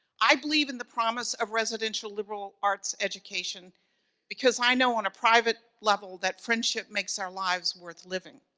i believe in the promise of residential liberal arts education because i know, on a private level, that friendship makes our lives worth living.